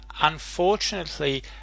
unfortunately